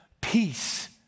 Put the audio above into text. peace